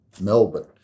Melbourne